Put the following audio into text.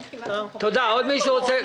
עוד מישהו רוצה?